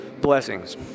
Blessings